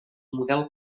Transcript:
model